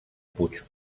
puig